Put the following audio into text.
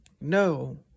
No